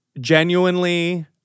genuinely